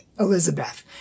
Elizabeth